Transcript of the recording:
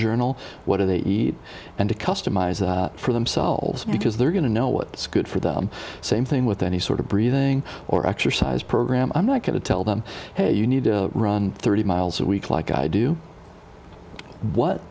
journal what do they eat and to customize it for themselves because they're going to know what's good for them same thing with any sort of breathing or exercise program i'm not going to tell them hey you need to run thirty miles a week like i do what